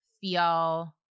feel